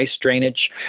drainage